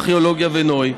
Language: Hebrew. ארכיאולוגיה ונוי,